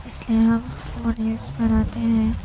اس لیے ہم وہ ریلس بناتے ہیں